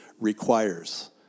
requires